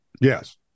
Yes